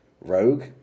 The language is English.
rogue